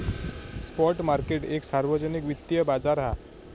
spot market एक सार्वजनिक वित्तिय बाजार हा